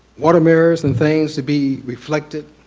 water mirrors and things to be reflected,